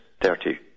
30